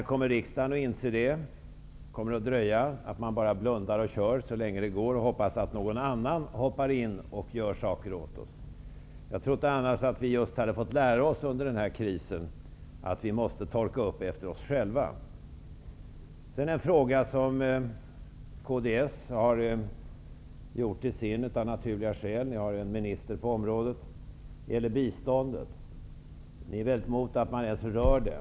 När kommer riksdagen att inse detta? Kommer det att dröja? Kommer man bara att blunda och köra så länge det går och hoppas att någon annan hoppar in och tar itu med sakerna åt oss? Jag trodde annars att den här krisen hade lärt oss att vi måste torka upp efter oss själva. Det finns en fråga som kds av naturliga skäl har gjort till sin -- ni har ju en minister på området --, och det är biståndet. Ni är väldigt emot att man ens rör det.